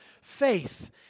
faith